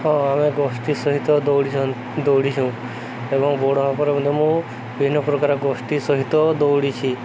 ହଁ ଆମେ ଗୋଷ୍ଠୀ ସହିତ ଦୌଡ଼ି ଦୌଡ଼ିଛୁଁ ଏବଂ ଦୌଡ଼ ପରେ ମେ ମୁଁ ବିଭିନ୍ନ ପ୍ରକାର ଗୋଷ୍ଠୀ ସହିତ ଦୌଡ଼ିଛି